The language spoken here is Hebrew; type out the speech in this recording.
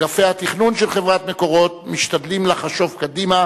אגפי התכנון של חברת "מקורות" משתדלים לחשוב קדימה